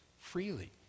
freely